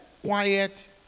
quiet